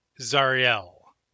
Zariel